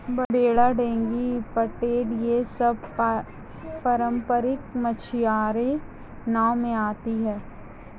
बेड़ा डोंगी पटेल यह सब पारम्परिक मछियारी नाव में आती हैं